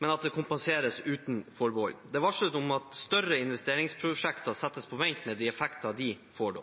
men at det kompenseres uten forbehold. Det varsles om at større investeringsprosjekter settes på vent med de effekter det får.